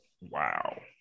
Wow